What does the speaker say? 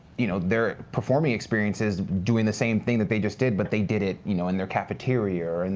you know their performing experience is doing the same thing that they just did, but they did it you know in their cafeteria, and